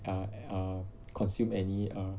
err err consume any ah